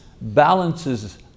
balances